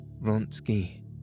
Vronsky